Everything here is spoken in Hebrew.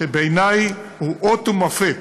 שבעיני הוא אות ומופת